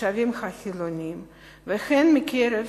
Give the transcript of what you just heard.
התושבים החילונים והן מקרב